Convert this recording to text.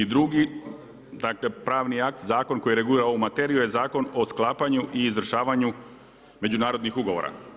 I drugi dakle pravni akt, zakon koji regulira ovu materiju je Zakon o sklapanju i izvršavanju međunarodnih ugovora.